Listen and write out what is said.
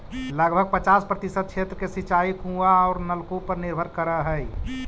लगभग पचास प्रतिशत क्षेत्र के सिंचाई कुआँ औ नलकूप पर निर्भर करऽ हई